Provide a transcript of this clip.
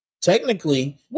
Technically